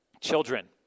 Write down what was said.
Children